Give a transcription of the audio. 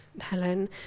Helen